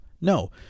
No